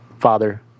father